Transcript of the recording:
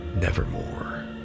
nevermore